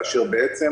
כאשר בעצם